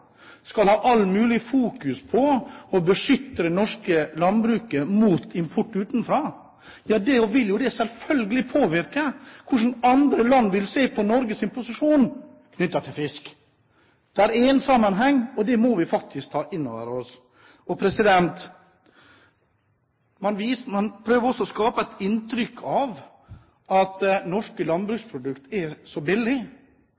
skal ha all mulig fokus på å beskytte det norske landbruket mot import utenfra, vil det selvfølgelig påvirke hvordan andre land vil se på Norges posisjon knyttet til fisk. Det er en sammenheng, og det må vi faktisk ta inn over oss. Man prøver å skape et inntrykk av at norske